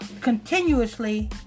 continuously